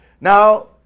Now